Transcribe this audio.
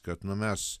kad nu mes